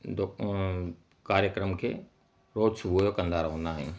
डुकणु कार्यक्रम खे रोज़ु सुबुह जो कंदा रहंदा आहियूं